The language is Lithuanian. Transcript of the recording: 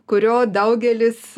kurio daugelis